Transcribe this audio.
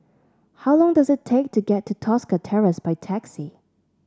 how long does it take to get to Tosca Terrace by taxi